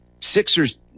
Sixers